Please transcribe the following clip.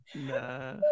Nah